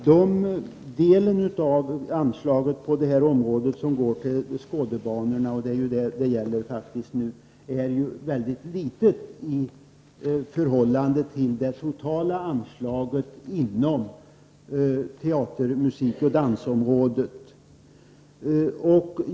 Herr talman! Den del av anslaget på det här området som går till Skådebanorna — det är ju det som det nu faktiskt gäller — är mycket liten i förhållande till det totala anslaget inom teater-, musikoch dansområdet.